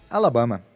Alabama